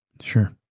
Sure